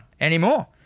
anymore